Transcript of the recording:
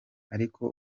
ariko